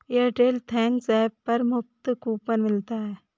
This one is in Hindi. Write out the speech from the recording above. एयरटेल थैंक्स ऐप पर मुफ्त कूपन मिलता है